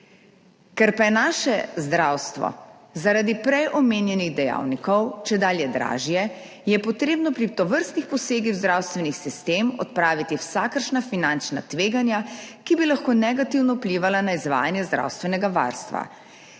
Ker pa je naše zdravstvo zaradi prej omenjenih dejavnikov čedalje dražje, je treba pri tovrstnih posegih v zdravstveni sistem odpraviti vsakršna finančna tveganja, ki bi lahko negativno vplivala na izvajanje zdravstvenega varstva.